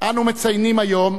אנו מציינים היום